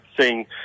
seeing